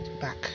back